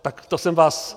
Tak to jsem vás...